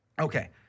Okay